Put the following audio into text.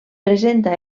presenta